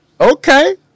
Okay